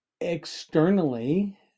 Externally